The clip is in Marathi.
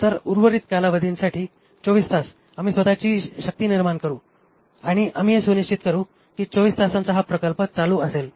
नंतर उर्वरित कालावधीसाठी24 तास आम्ही आमची स्वतःची शक्ती निर्माण करू आणि आम्ही हे सुनिश्चित करू की 24 तासांचा हा प्रकल्प चालू असेल